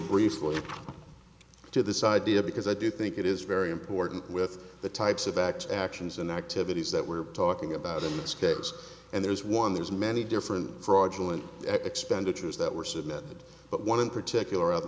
briefly to this idea because i do think it is very important with the types of acts actions and activities that we're talking about in this case and there's one there's many different fraudulent expenditures that were submitted but one in particular i'd